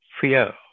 fear